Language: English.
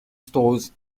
stores